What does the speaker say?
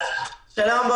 שלהם.